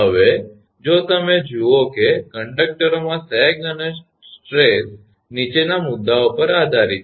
હવે જો તમે જુઓ કે કંડકટરોમાં સેગ અને સ્ટ્રેસ નીચેના મુદ્દાઓ પર આધારિત છે